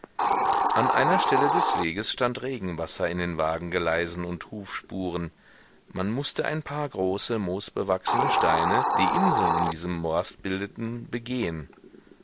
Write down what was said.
an einer stelle des weges stand regenwasser in den wagengeleisen und hufspuren man mußte ein paar große moosbewachsene steine die inseln in diesem morast bildeten begehen